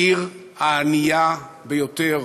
היא העיר הענייה ביותר